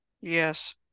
Yes